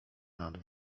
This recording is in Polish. nad